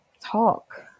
talk